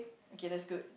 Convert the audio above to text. okay that's good